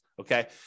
okay